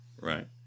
Right